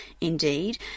indeed